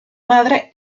madre